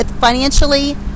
financially